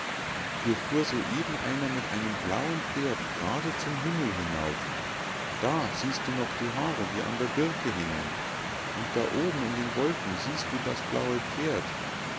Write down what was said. hier fuhr so eben einer mit einem blauen pferd grade zum himmel hinauf da siehst du noch die haare die an der birke hangen und da oben in den wolken siehst du das blaue pferd